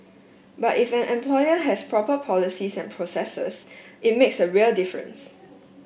but if an employer has proper policies and processes it makes a real difference